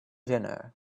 dinner